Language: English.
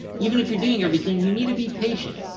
even if you're doing everything, you need to be patient.